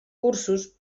cursos